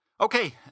Okay